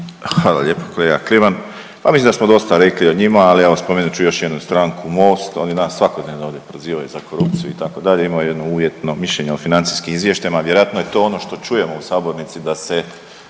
Hvala lijepo kolega Kliman. Pa mislim da smo dosta rekli o njima, ali evo spomenut ću još jednu stranku Most, oni nas svakodnevno ovdje prozivaju za korupciju itd., imaju jedno uvjetno mišljenje o financijskim izvještajima, a vjerojatno je to ono što čujemo u sabornici da se